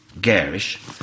garish